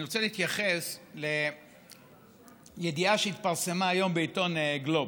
אני רוצה להתייחס לידיעה שהתפרסמה היום בעיתון גלובס,